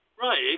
Right